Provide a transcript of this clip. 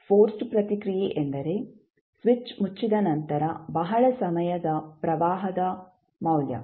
forced ಪ್ರತಿಕ್ರಿಯೆ ಎಂದರೆ switch ಮುಚ್ಚಿದ ನಂತರ ಬಹಳ ಸಮಯದ ಪ್ರವಾಹದ ಮೌಲ್ಯ